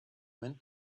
went